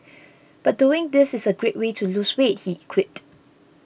but doing this is a great way to lose weight he quipped